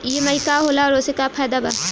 EMI का होला और ओसे का फायदा बा?